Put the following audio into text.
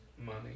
money